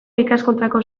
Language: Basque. ikaskuntzako